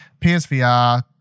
PSVR